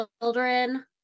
children